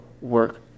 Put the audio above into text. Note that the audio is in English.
work